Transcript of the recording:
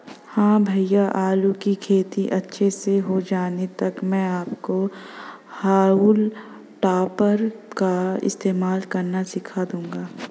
हां भैया आलू की खेती अच्छे से हो जाने तक मैं आपको हाउल टॉपर का इस्तेमाल करना सिखा दूंगा